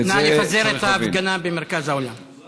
ואת זה